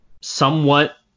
somewhat